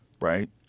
right